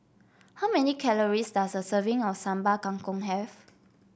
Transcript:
how many calories does a serving of Sambal Kangkong have